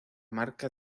marca